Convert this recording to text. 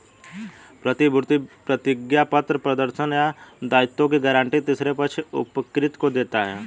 प्रतिभूति प्रतिज्ञापत्र प्रदर्शन या दायित्वों की गारंटी तीसरे पक्ष उपकृत को देता है